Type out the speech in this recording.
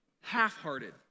Half-hearted